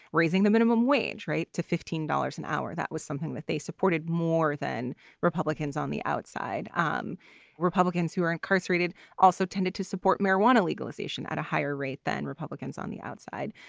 raising the minimum wage rate to fifteen dollars an hour. that was something that they supported supported more than republicans on the outside. um republicans who are incarcerated also tended to support marijuana legalization at a higher rate than republicans on the outside.